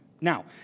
Now